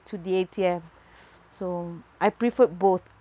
to the A_T_M so I preferred both